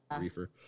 reefer